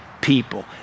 people